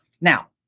Now